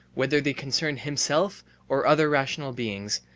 whether they concern himself or other rational beings,